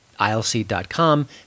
ilc.com